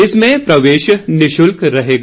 इसमें प्रवेश निःशुल्क रहेगा